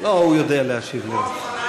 לא, הוא יודע להשיב לבד.